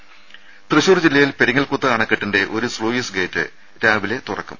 രുമ തൃശൂർ ജില്ലയിൽ പെരിങ്ങൽകുത്ത് അണക്കെട്ടിന്റെ ഒരു സ്സൂയിസ് ഗേറ്റ് രാവിലെ തുറക്കും